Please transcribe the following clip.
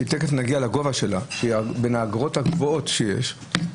תיכף נגיע לגובה שלה היא בין האגרות הגבוהות שיש,